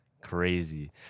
Crazy